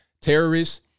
terrorists